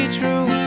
true